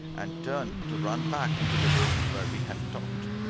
and turned to run back into the room where we had talked.